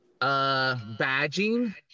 Badging